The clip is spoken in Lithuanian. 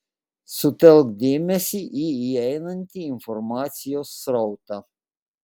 sutelk dėmesį į įeinantį informacijos srautą